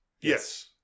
Yes